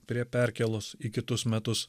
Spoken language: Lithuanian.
prie perkėlos į kitus metus